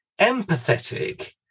empathetic